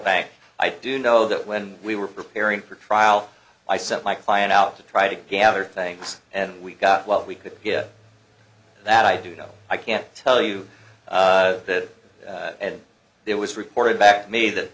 bank i do know that when we were preparing for trial i sent my client out to try to gather thanks and we got what we could get that i do know i can't tell you that it was reported back to me that